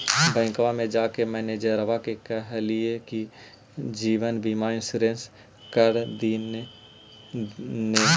बैंकवा मे जाके मैनेजरवा के कहलिऐ कि जिवनबिमा इंश्योरेंस कर दिन ने?